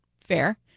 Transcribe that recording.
fair